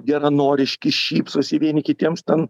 geranoriški šypsosi vieni kitiems ten